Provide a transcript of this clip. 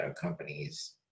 companies